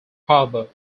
harbour